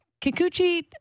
kikuchi